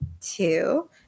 two